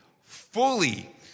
fully